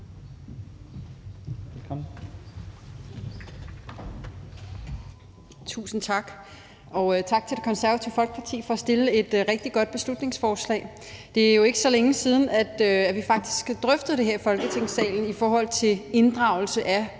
Tusind tak. Og tak til Det Konservative Folkeparti for at fremsætte et rigtig godt beslutningsforslag. Det er jo faktisk ikke så længe siden, at vi her i Folketingssalen drøftede inddragelse af